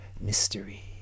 mystery